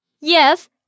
Yes